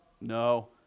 No